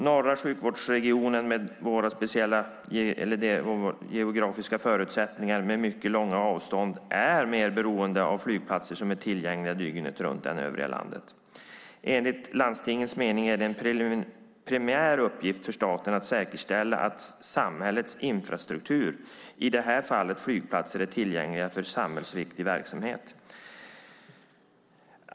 Norra sjukvårdsregionen med sina speciella geografiska förutsättningar med mycket långa avstånd är mer beroende av flygplatser som är tillgängliga dygnet runt än vad övriga landet är. Enligt landstingens mening är det en primär uppgift för staten att säkerställa att samhällets infrastruktur, i detta fall flygplatser, är tillgängliga för samhällsviktig verksamhet.